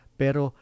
pero